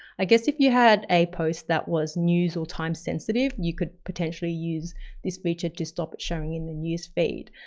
i guess if you had a post that was news or time-sensitive, you could potentially use this feature to stop it showing in the newsfeed.